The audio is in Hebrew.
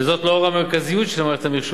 וזאת לאור המרכזיות של מערכת המחשוב